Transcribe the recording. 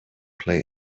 play